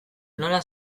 nola